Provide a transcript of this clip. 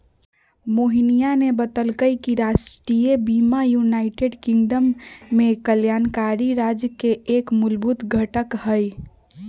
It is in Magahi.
मोहिनीया ने बतल कई कि राष्ट्रीय बीमा यूनाइटेड किंगडम में कल्याणकारी राज्य के एक मूलभूत घटक हई